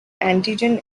antigen